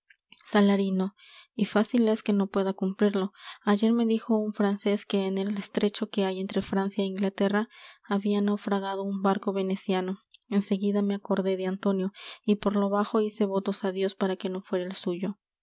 salarino y fácil es que no pueda cumplirlo ayer me dijo un francés que en el estrecho que hay entre francia é inglaterra habia naufragado un barco veneciano en seguida me acordé de antonio y por lo bajo hice votos á dios para que no fuera el suyo